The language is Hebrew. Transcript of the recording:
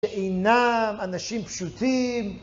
שאינם אנשים פשוטים